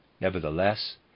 nevertheless